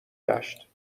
گشت